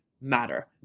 matter